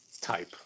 type